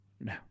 No